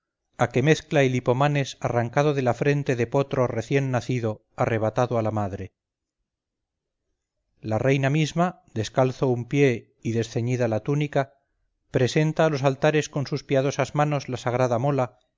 a que mezcla el hipomanes arrancado de la frente de potro recién nacido arrebatado a la madre la reina misma descalzo un pie y desceñida la túnica presenta a los altares con sus piadosas manos la sagrada mola